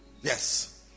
yes